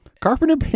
Carpenter